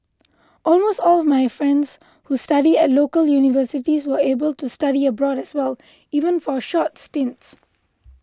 almost all my friends who studied at local universities were able to study abroad as well even for short stints